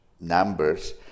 numbers